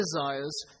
desires